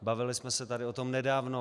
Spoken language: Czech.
Bavili jsme se tady o tom nedávno.